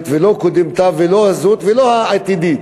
ולא בקודמתה ולא הזאת וגם לא העתידית.